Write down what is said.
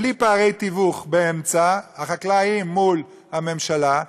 בלי פערי תיווך באמצע, החקלאי מול הממשלה.